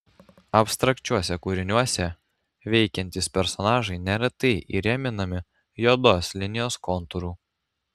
abstrakčiuose kūriniuose veikiantys personažai neretai įrėminami juodos linijos kontūru